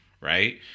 right